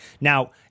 Now